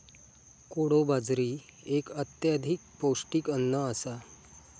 कोडो बाजरी एक अत्यधिक पौष्टिक अन्न आसा